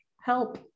help